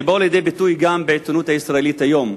שבאו לידי ביטוי בעיתונות הישראלית היום.